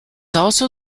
also